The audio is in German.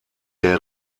der